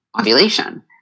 ovulation